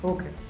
Okay